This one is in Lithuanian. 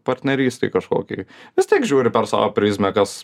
partnerystei kažkokį vis tiek žiūri per savo prizmę kas